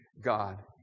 God